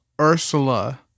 Ursula